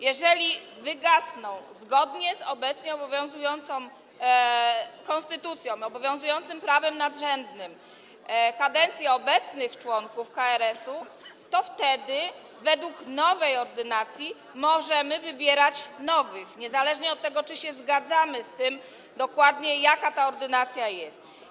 Jeżeli zgodnie z obecnie obowiązującą konstytucją, obowiązującym prawem nadrzędnym, wygasną kadencje obecnych członków KRS-u, to wtedy według nowej ordynacji możemy wybierać nowych, niezależnie od tego, czy się zgadzamy z tym, jaka ta ordynacja jest.